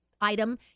item